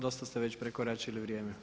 Dosta ste već prekoračili vrijeme.